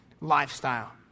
lifestyle